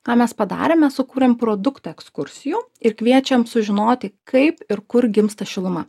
ką mes padarėm mes sukūrėm produktą ekskursijų ir kviečiam sužinoti kaip ir kur gimsta šiluma